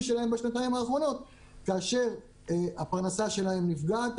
שלהם בשנתיים האחרונות כאשר הפרנסה שלהם נפגעת,